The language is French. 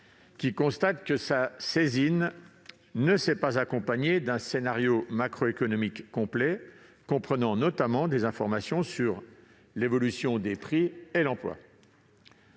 qui constate que sa saisine n'était pas accompagnée d'un scénario macroéconomique complet, comprenant notamment des informations sur l'évolution des prix et l'emploi.